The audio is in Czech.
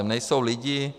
Nejsou lidi.